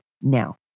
now